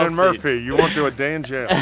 and murphy you won't do a day in jail